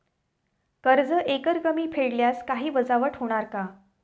कर्ज एकरकमी फेडल्यास काही वजावट होणार का?